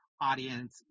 audience